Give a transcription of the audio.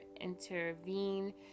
intervene